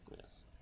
Yes